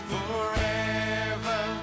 Forever